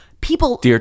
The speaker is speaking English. People